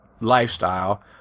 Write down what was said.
lifestyle